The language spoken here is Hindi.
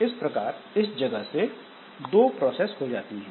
इस प्रकार इस जगह से दो प्रोसेस हो जाती हैं